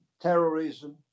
terrorism